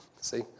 See